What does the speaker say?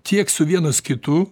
tiek su vienas kitu